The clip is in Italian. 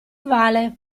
vale